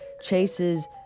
chases